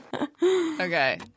Okay